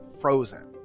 Frozen